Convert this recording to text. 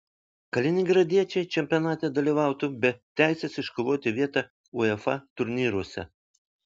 kaliningradiečiai čempionate dalyvautų be teisės iškovoti vietą uefa turnyruose